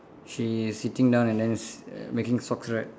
she is sitting down and then s~ uh making socks right